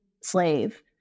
slave